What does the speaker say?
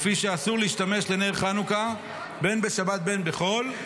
לפי שאסור להשתמש לנר חנוכה, בין בשבת בין בחול,